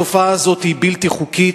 התופעה הזאת היא בלתי חוקית,